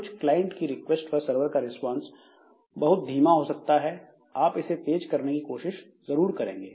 कुछ क्लाइंट की रिक्वेस्ट पर सरवर का रिस्पांस बहुत धीमा हो सकता है आप इसे तेज करने की कोशिश जरूर करेंगे